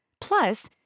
Plus